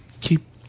keep